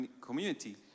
Community